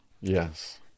Yes